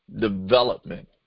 development